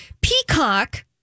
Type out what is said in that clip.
Peacock